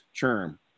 term